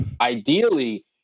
ideally